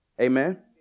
Amen